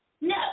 No